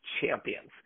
champions